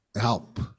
help